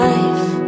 Life